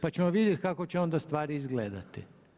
Pa ćemo vidjeti kako će onda stvari izgledati.